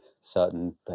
certain